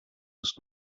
ist